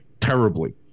terribly